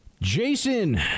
Jason